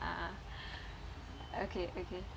uh okay okay